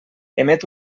emet